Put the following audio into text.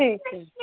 ٹھیک ہے